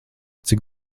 cik